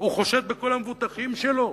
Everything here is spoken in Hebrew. הוא חושד בכל המבוטחים שלו,